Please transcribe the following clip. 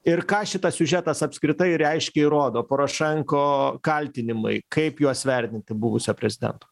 ir ką šitas siužetas apskritai reiškia ir rodo porošenko kaltinimai kaip juos vertinti buvusio prezidento